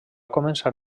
començar